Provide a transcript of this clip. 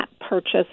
purchase